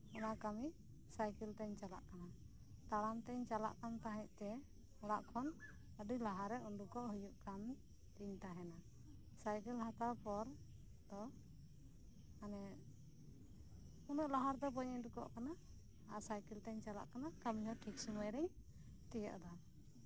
ᱚᱱᱟ ᱠᱟᱹᱢᱤ ᱥᱟᱭᱠᱮᱞᱛᱮᱧ ᱪᱟᱞᱟᱜ ᱠᱟᱱᱟ ᱛᱟᱲᱟᱢᱛᱮᱧ ᱪᱟᱞᱟᱜ ᱠᱟᱱᱛᱟᱦᱮᱸᱜ ᱛᱮ ᱚᱲᱟᱜᱠᱷᱚᱱ ᱟᱹᱰᱤ ᱞᱟᱦᱟᱨᱮ ᱩᱰᱩᱠᱚᱜ ᱦᱩᱭᱠᱟᱱ ᱛᱤᱧ ᱛᱟᱦᱮᱱᱟ ᱥᱟᱭᱠᱮᱞ ᱦᱟᱛᱟᱣᱯᱚᱨ ᱫᱚ ᱢᱟᱱᱮ ᱩᱱᱟᱹᱜ ᱞᱟᱦᱟᱨᱮᱫᱚ ᱵᱟᱹᱧ ᱩᱰᱩᱠᱚᱜ ᱠᱟᱱᱟ ᱟᱨ ᱥᱟᱭᱠᱤᱞᱛᱮᱧ ᱪᱟᱞᱟᱜ ᱠᱟᱱᱟ ᱤᱧᱦᱚ ᱴᱷᱤᱠ ᱥᱩᱢᱟᱹᱭᱨᱮᱧ ᱛᱤᱭᱟᱹᱜ ᱫᱟ